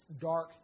dark